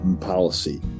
policy